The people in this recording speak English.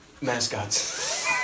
mascots